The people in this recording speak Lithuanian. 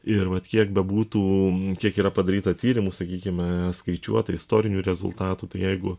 ir vat kiek bebūtų kiek yra padaryta tyrimų sakykime skaičiuota istorinių rezultatų tai jeigu